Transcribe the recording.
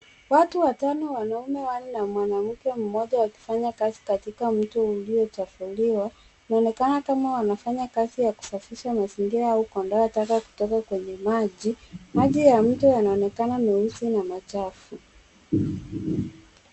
Watu watano, wanaume wanne na mwanamke mmoja, wakifanya kazi katika mto uliyochafuliwa. Inaonekana kama wanafanya kazi ya kusafisha mazingira au kuondoa taka kutoka kwenye maji. Maji ya mto yanaonekana meusi na machafu.